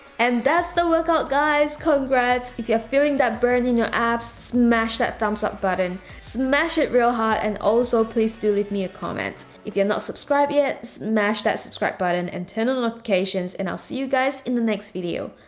and that's the workout guys congrats. if you're feeling that burn in your abs smash that thumbs up button smash it real hard. and also, please do leave me a comment if you're not subscribe yet smash that subscribe button and turn on notifications, and i'll see you guys in the next video.